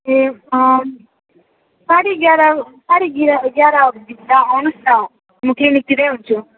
ए साढे एघार साढे ग्या एघार भित्र आउनु होस् न म क्लिनिकतिर हुन्छु